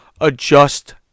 adjust